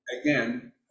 Again